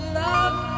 love